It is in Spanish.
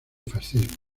fascismo